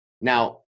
Now